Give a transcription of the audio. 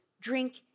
drink